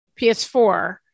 PS4